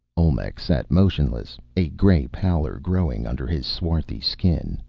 olmec sat motionless, a gray pallor growing under his swarthy skin.